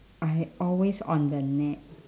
I always on the net